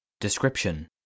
Description